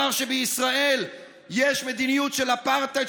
אמר שבישראל יש מדיניות של אפרטהייד,